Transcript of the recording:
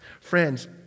Friends